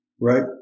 right